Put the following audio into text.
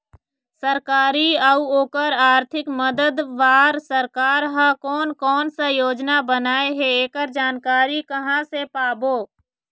सरकारी अउ ओकर आरथिक मदद बार सरकार हा कोन कौन सा योजना बनाए हे ऐकर जानकारी कहां से पाबो?